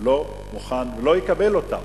לא מוכן ולא יקבל אותן.